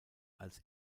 als